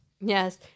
Yes